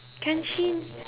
kenshin